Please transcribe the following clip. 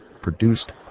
produced